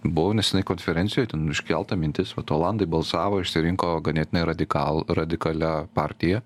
buvau neseniai konferencijoj ten iškelta mintis vat olandai balsavo išsirinko ganėtinai radikal radikalia partiją